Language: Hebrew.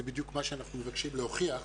זה בדיוק מה שאנחנו מבקשים להוכיח,